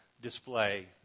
display